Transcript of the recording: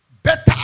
better